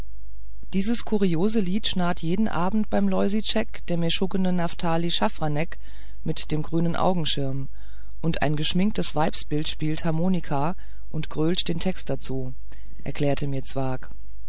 dieses kuriose lied schnarrt jeden abend beim loisitschek der meschuggene nephtali schaffranek mit dem grünen augenschirm und ein geschminktes weibsbild spielt harmonika und grölt den text dazu erklärte mir zwakh